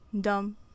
dumb